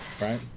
right